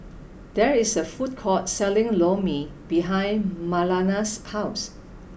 there is a food court selling Lor Mee behind Marlana's house